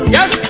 Yes